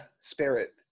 spirit